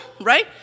right